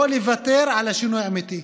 לא לוותר על השינוי האמיתי.